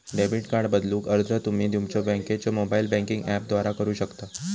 debit card बदलूक अर्ज तुम्ही तुमच्यो बँकेच्यो मोबाइल बँकिंग ऍपद्वारा करू शकता